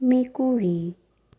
মেকুৰী